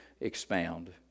expound